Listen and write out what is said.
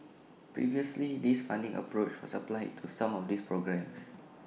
previously this funding approach was applied to some of these programmes